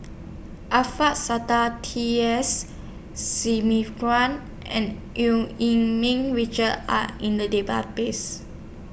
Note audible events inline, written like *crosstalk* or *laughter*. Alfian Sa'at T S *unintelligible* and EU Yee Ming Richard Are in The Database